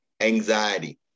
Anxiety